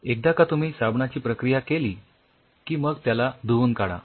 एकदा का तुम्ही साबणाची प्रक्रिया केली की मग त्याला धुवून काढा